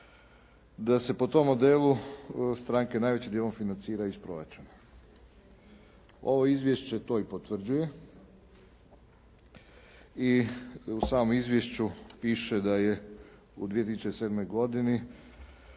da se po tom modelu stranke najvećim dijelom financiraju iz proračuna. Ovo izvješće to i potvrđuje i u samom izvješću piše da je u 2007. godini